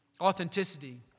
Authenticity